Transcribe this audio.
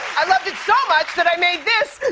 i loved it so much, that i made this.